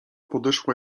podeszła